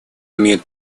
имеют